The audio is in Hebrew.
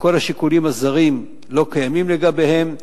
שכל השיקולים הזרים לא קיימים לגביהם,